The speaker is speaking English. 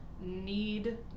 need